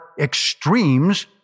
extremes